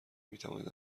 میتوانید